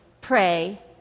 pray